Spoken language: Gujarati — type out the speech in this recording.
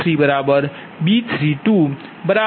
0 G23 G32 5